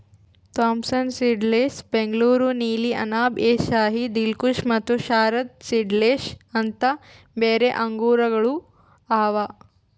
Thompson seedless, Bengaluru ನೀಲಿ, ಅನಾಬ್ ಎ ಶಾಹಿ, ದಿಲ್ಖುಷ ಮತ್ತ Sharad seedless ಅಂತ್ ಬ್ಯಾರೆ ಆಂಗೂರಗೊಳ್ ಅವಾ